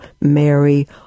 Mary